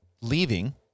leaving